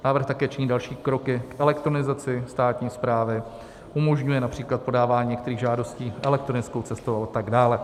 Návrh také činí další kroky k elektronizaci státní správy, umožňuje například podávání některých žádostí elektronickou cestou atd.